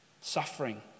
Suffering